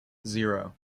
zero